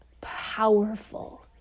powerful